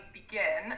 begin